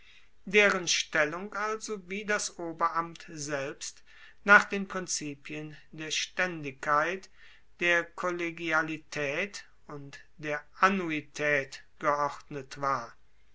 deren stellung also wie das oberamt selbst nach den prinzipien der staendigkeit der kollegialitaet und der annuitaet geordnet war